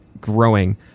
growing